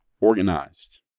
organized